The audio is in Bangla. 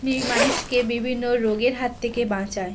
নি মানুষকে বিভিন্ন রোগের হাত থেকে বাঁচায়